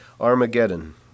Armageddon